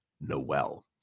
Noel